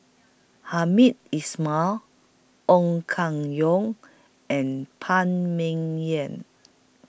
Hamed Ismail Ong Keng Yong and Phan Ming Yen